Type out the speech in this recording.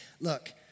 Look